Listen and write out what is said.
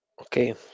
Okay